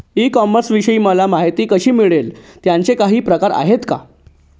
E कॉमर्सविषयी मला माहिती कशी मिळेल? त्याचे काही प्रकार आहेत का?